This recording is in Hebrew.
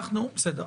בסדר.